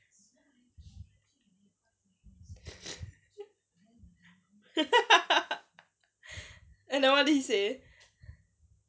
and then what did he say